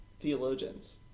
theologians